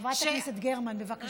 חברת הכנסת גרמן, בבקשה.